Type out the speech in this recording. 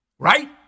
Right